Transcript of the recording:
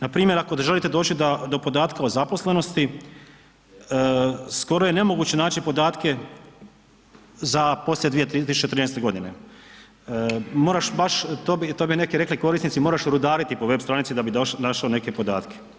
Npr. ako želite doći do podatka o zaposlenosti, skoro je nemoguće naći podatke za poslije 2013. g. Moraš baš, to bi neki rekli, korisnici, moraš rudariti po web stranici da bi našao neke podatke.